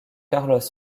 carlos